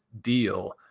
deal